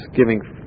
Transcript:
giving